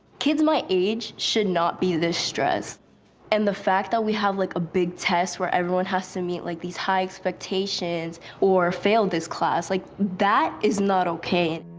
kids my age should not be this stressed and the fact that we have like a big test where everyone has to meet like these high expectations or fail this class, like that is not okay. and